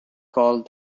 called